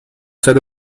زده